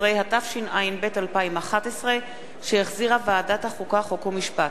13), התשע”ב 2011, שהחזירה ועדת החוקה, חוק ומשפט,